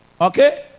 Okay